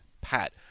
pat